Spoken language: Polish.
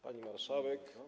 Pani Marszałek!